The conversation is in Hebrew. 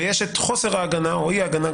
ויש את חוסר ההגנה או אי-ההגנה.